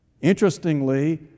Interestingly